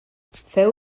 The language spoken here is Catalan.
feu